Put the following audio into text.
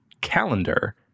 calendar